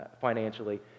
financially